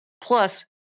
Plus